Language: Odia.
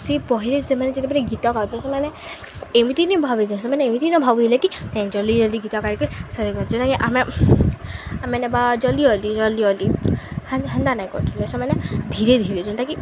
ସେ ବହିରେ ସେମାନେ ଯେତେବେଳେ ଗୀତ ଗାଉଥିଲେ ସେମାନେ ଏମିତି ନିଁ ଭାବିବେ ସେମାନେ ଏମିତି ନ ଭାବୁଥିଲେ କି ଜଲ୍ଦି ଜଲ୍ଦି ଗୀତ ଗାଇକିର୍ ସାରୁଦଉଚନ୍ତ ଆମେମାନେ ବା ଜଲ୍ଦି ଜଲ୍ଦି ଜଲ୍ଦି ଜଲ୍ଦି ହେତା ନାଇଁ କରଥିଲେ ସେମାନେ ଧୀରେ ଧୀରେ ଯେନ୍ଟାକି